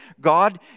God